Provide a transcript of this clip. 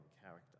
character